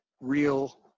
real